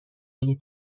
اگه